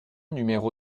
numéro